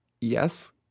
yes